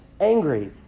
angry